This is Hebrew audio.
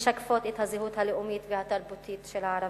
שמשקפות את הזהות הלאומית והתרבותית של הערבים.